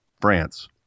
France